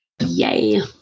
Yay